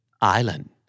Island